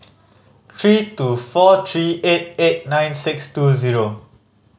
three two four three eight eight nine six two zero